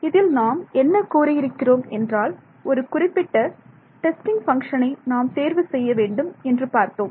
இதில் நாம் என்ன கூறியிருக்கிறோம் என்றால் ஒரு குறிப்பிட்ட டெஸ்டின் பங்க்ஷனை நாம் தேர்வு செய்ய வேண்டும் என்று பார்த்தோம்